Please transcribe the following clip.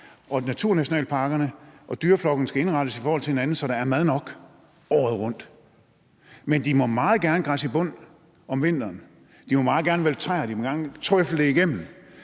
og naturnationalparkerne og dyreflokkene skal indrettes i forhold til hinanden, så der er mad nok året rundt. Men de må meget gerne græsse i bund om vinteren, de må meget gerne vælte træer, de må gerne rode det igennem.